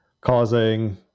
causing